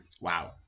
Wow